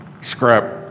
scrap